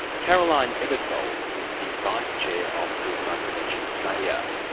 caroline aebersold is the vice-chair of suicide prevention australia.